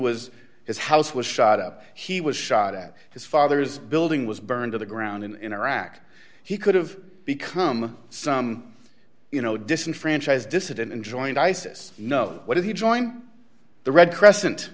was his house was shot up he was shot at his father's building was burned to the ground in iraq he could've become some you know disenfranchised dissident and joined isis know what he joined the red crescent